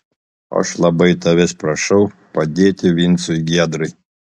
aš labai tavęs prašau padėti vincui giedrai